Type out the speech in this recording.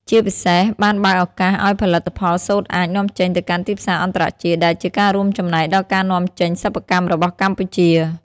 ជាពិសេសបានបើកឱកាសឲ្យផលិតផលសូត្រអាច នាំចេញទៅកាន់ទីផ្សារអន្តរជាតិ ដែលជាការរួមចំណែកដល់ការនាំចេញសិប្បកម្មរបស់កម្ពុជា។